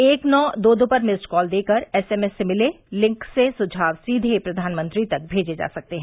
एक नौ दो दो पर मिस्ड कॉल देकर एसएमएस से मिले लिंक से सुझाव सीधे प्रधानमंत्री तक भेजे जा सकते हैं